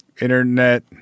Internet